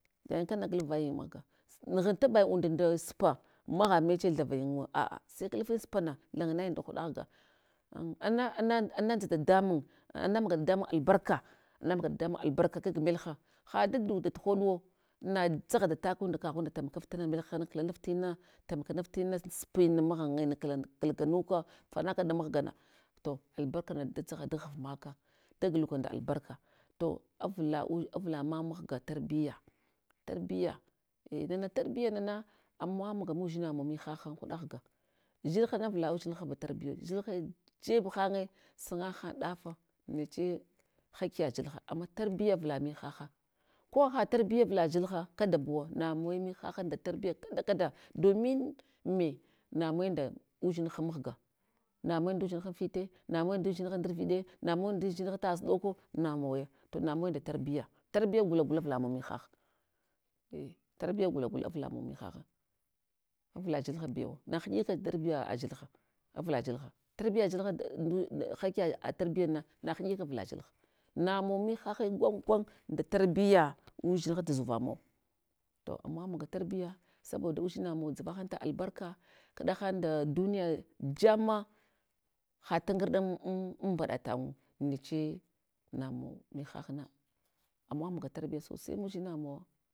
Yayinkana glaf vayayin mahga. Nughanta bayin und nda supa magha meche lavayingu àà sai klafin supana langanayin dan ghuɗa ghga. Ana ana anaza dadamun ana maga dadamun albarka, ana maga dadamun albarka kag melha, ha dadɗuk dat hoɗuwo, na dzagha da takunda kaghunda tamakaf tana melhana klanaf tina, tamakanaf tina supina maghangin klan klaga muka, fanaka da mahgana, to albarkana da dzagha dan ghva maka, da gulukka nda albarka. To avla udz avla mam mahga tarbiya, tarbiya a nana tarbiya nana ama maga mudzinamawa muhaha an huɗa ghga, dzilhana avla udzinhab tarbiyau, dzilhe jeb hange sanga han ɗafa, nache haki ama tarbiya avla mihaha. Ko haha tarbiya avla dzilha, kadabuwa namuwe mihaha nda tarbiya kada kada domin me namuwe nda udzinha mghga namunye indudzinha anfite, namunye indu dzinha ndarviɗe, namunye ndudzinha tagha suɗoko, namawaya to namawe nda tarbiya tarbiya gula gula avla mawa mihah. Tarbiya gula gula avla mawa mihah, avla dzilha bew nahiɗika tarbiya dzilha, avla dzilha tarbiya dzilha dadu hakiya tarbiya na na inɗika avla dzilha, namawa mihahe gwangwan nda tarbiya udzinha tzuva mawa. To ama maga tarbiya, saboda itdzina mava dzavahan ta albarka, kɗahan nda duniya jamma, ha tangarɗa an an mɓaɗa tangu neche namun mihahna, amawa maga tarbiya sosai mudzinamawa.